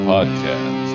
Podcast